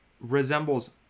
resembles